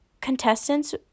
Contestants